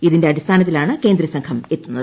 ഇതിന്റെ അടിസ്ഥാനത്തിലാണ് കേന്ദ്രസ്ഥംഘം ്എത്തുന്നത്